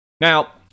Now